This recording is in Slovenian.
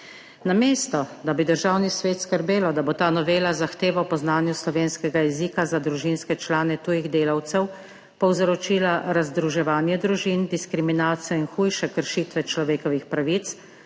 Namesto da bi Državni svet skrbelo, da bo ta novela zahteva po znanju slovenskega jezika za družinske člane tujih delavcev povzročila razdruževanje družin, diskriminacijo in hujše kršitve človekovih pravic,